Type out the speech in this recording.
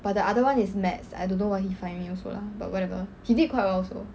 but the other one is maths I don't know why he find me also lah but whatever he did quite well also